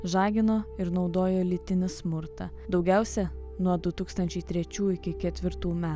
žagino ir naudojo lytinį smurtą daugiausia nuo du tūkstančiai trečių iki ketvirtų metų